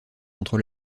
contre